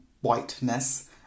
whiteness